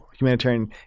Humanitarian